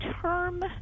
term